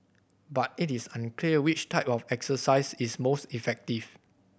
but it is unclear which type of exercise is most effective